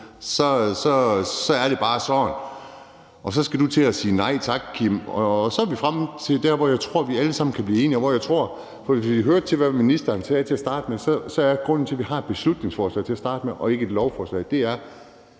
så bare er sådan. Så skal Kim til at sige nej tak, og så er vi fremme der, hvor jeg tror, at vi alle sammen kan blive enige. For hvis man hørte, hvad ministeren sagde til at starte med, så er grunden til, at vi har et beslutningsforslag og ikke et lovforslag, at det